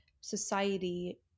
society